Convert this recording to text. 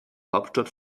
hauptstadt